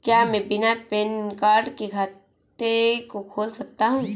क्या मैं बिना पैन कार्ड के खाते को खोल सकता हूँ?